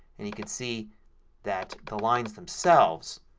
and you can see that the lines themselves,